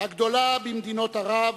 הגדולה במדינות ערב,